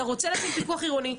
אתה רוצה לשים פיקוח עירוני.